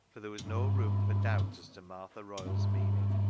for there was no room for doubt as to martha royle's meaning,